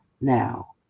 now